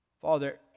Father